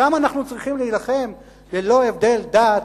שם אנחנו צריכים להילחם ללא הבדל דת,